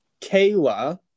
Kayla